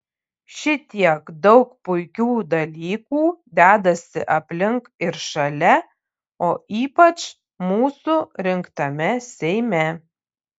šitiek daug puikių dalykų dedasi aplink ir šalia o ypač mūsų rinktame seime